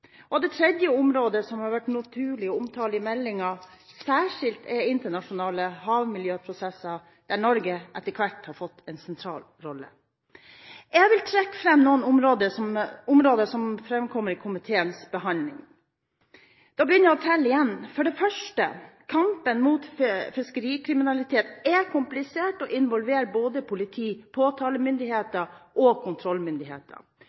resultat. Det tredje området som det har vært naturlig å omtale i meldingen særskilt, er internasjonale havmiljøprosesser, der Norge etter hvert har fått en sentral rolle. Jeg vil trekke fram noen områder som framkommer i komiteens behandling. Da begynner jeg å telle igjen: For det første: Kampen mot fiskerikriminalitet er komplisert og involverer både politi, påtalemyndigheter og kontrollmyndigheter.